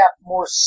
more